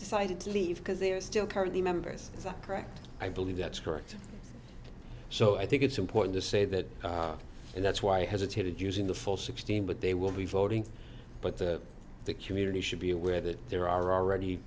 decided to leave because they are still currently members is that correct i believe that's correct so i think it's important to say that and that's why i hesitated using the full sixteen but they will be voting but the community should be aware that there are already